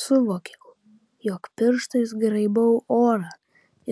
suvokiau jog pirštais graibau orą